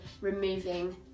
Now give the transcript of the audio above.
removing